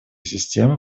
системы